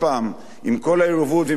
עם כל היריבות ועם כל הוויכוח,